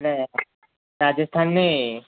આપણે રાજસ્થાનની